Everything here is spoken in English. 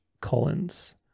Collins